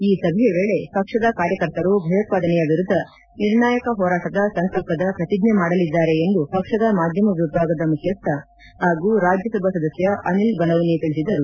ಈ ಸಭೆಯ ವೇಳೆ ಪಕ್ಷದ ಕಾರ್ಯಕರ್ತರು ಭಯೋತ್ಪಾದನೆಯ ವಿರುದ್ದ ನಿರ್ಣಾಯಕ ಹೋರಾಟದ ಸಂಕಲ್ಪದ ಪ್ರತಿಜ್ಞೆ ಮಾಡಲಿದ್ದಾರೆ ಎಂದು ಪಕ್ಷದ ಮಾಧ್ಯಮ ವಿಭಾಗದ ಮುಖ್ಯಸ್ಥ ಹಾಗೂ ರಾಜ್ಯ ಸಭಾ ಸದಸ್ಯ ಅನಿಲ್ ಬಲೌನಿ ತಿಳಿಸಿದರು